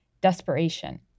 desperation